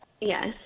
Yes